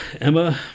Emma